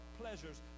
pleasures